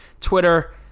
Twitter